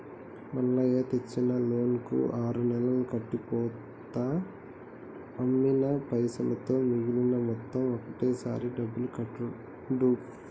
మల్లయ్య తెచ్చిన లోన్ కు ఆరు నెలలు కట్టి పోతా అమ్మిన పైసలతో మిగిలిన మొత్తం ఒకటే సారి డబ్బులు కట్టిండు